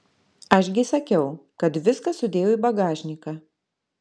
aš gi sakiau kad viską sudėjau į bagažniką